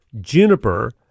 juniper